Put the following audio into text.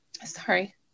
Sorry